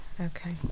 Okay